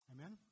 Amen